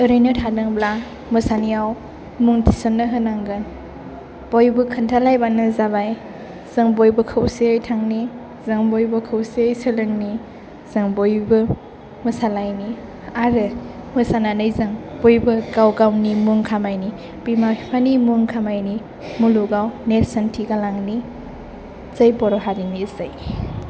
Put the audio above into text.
ओरैनो थादोंब्ला मोसानायाव मुं थिसन्नो होनांगोन बयबो खिन्थालायबानो जाबाय जों बयबो खौसेयै थांनि जों बयबो खौसेयै सोलोंनि जों बयबो मोसालायनि आरो मोसानानै जों बयबो गाव गावनि मुं खामायनि बिमा बिफानि मुं खामायनि मुलुगाव नेरसोनथि गालांनि जै बर' हारिनि जै